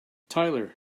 tyler